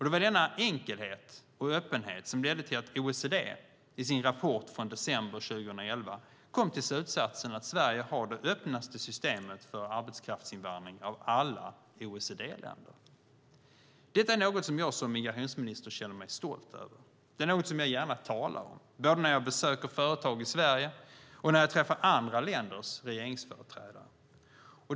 Den var denna enkelhet och öppenhet som ledde till att OECD i sin rapport från december 2011 kom till slutsatsen att Sverige har det öppnaste systemet för arbetskraftsinvandring av alla OECD-länder. Detta är något som jag som migrationsminister känner mig stolt över och gärna talar om, både när jag besöker företag i Sverige och när jag träffar andra länders regeringsföreträdare.